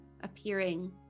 appearing